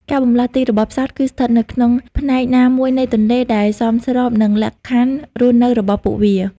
ការបម្លាស់ទីរបស់ផ្សោតគឺស្ថិតនៅក្នុងផ្នែកណាមួយនៃទន្លេ ដែលសមស្របនឹងលក្ខខណ្ឌរស់នៅរបស់ពួកវា។